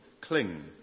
Cling